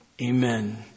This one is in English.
Amen